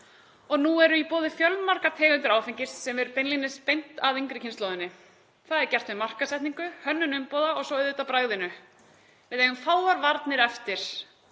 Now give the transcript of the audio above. og nú eru í boði fjölmargar tegundir áfengis sem er beinlínis beint að yngri kynslóðinni. Það er gert með markaðssetningu, hönnun umbúða og svo auðvitað bragðinu. Við eigum fáar varnir eftir